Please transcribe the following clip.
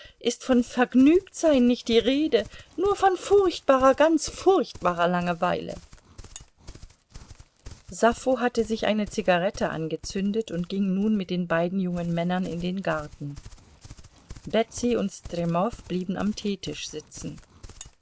ist von vergnügtsein nicht die rede nur von furchtbarer ganz furchtbarer langeweile sappho hatte sich eine zigarette angezündet und ging nun mit den beiden jungen männern in den garten betsy und stremow blieben am teetisch sitzen